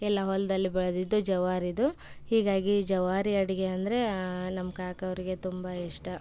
ಎಲ್ಲ ಹೊಲದಲ್ಲಿ ಬೆಳೆದಿದ್ದು ಜವಾರಿದು ಹೀಗಾಗಿ ಜವಾರಿ ಅಡುಗೆ ಅಂದರೆ ನಮ್ಮ ಕಾಕ ಅವರಿಗೆ ತುಂಬ ಇಷ್ಟ